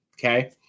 Okay